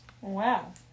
Wow